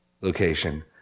location